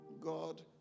God